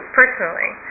personally